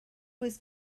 was